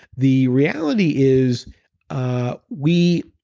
the reality is ah we